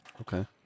okay